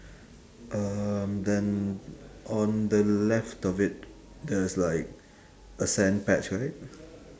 um then on the left of it there's like a sand patch right